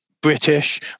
British